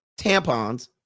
Tampons